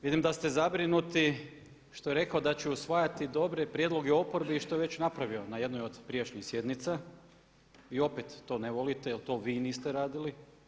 Vidim da ste zabrinuti što je rekao da će usvajati dobre prijedloge oporbi i što je već napravio na jednoj od prijašnjih sjednica i opet to ne volite jer to vi niste radili.